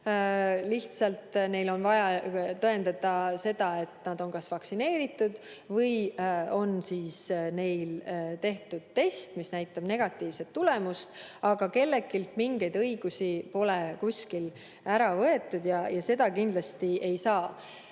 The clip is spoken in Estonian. Lihtsalt on vaja tõendada seda, et nad on kas vaktsineeritud või on neil tehtud test, mis näitab negatiivset tulemust. Aga kelleltki mingeid õigusi pole ära võetud, seda kindlasti ei saa